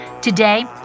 Today